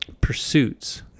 pursuits